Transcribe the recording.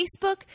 Facebook